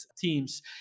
teams